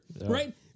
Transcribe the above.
right